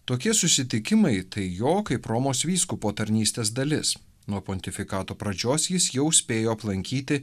tokie susitikimai tai jo kaip romos vyskupo tarnystės dalis nuo pontifikato pradžios jis jau spėjo aplankyti